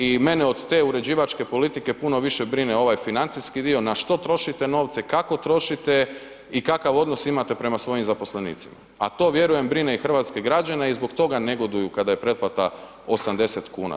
I mene od te uređivačke politike puno više brine ovaj financijski dio na što trošite novce, kako trošite i kakav odnos imate prema svojim zaposlenici, a to vjerujem brine i hrvatske građane i zbog toga negoduju kada je pretplata 80 kuna.